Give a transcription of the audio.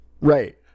right